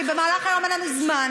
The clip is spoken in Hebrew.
כי במהלך היום אין לנו זמן.